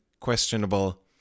questionable